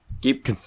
Keep